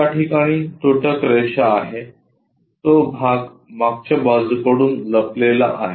त्याठिकाणी तुटक रेषा आहे तो भाग मागच्या बाजूकडून लपलेला आहे